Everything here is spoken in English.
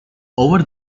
over